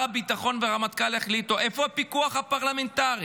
הביטחון והרמטכ"ל יחליטו ואיפה הפיקוח הפרלמנטרי,